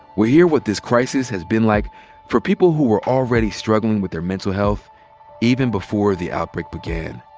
we'll hear what this crisis has been like for people who were already struggling with their mental health even before the outbreak began.